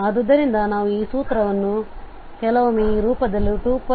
ಆದ್ದರಿಂದ ನಾವು ಈ ಸೂತ್ರವನ್ನು ಕೆಲವೊಮ್ಮೆ ಈ ರೂಪದಲ್ಲಿ 2πif